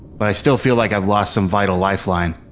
but i still feel like i've lost some vital lifeline.